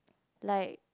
like